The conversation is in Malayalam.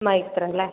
മൈത്ര അല്ലേ